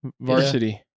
Varsity